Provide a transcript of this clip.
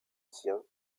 tient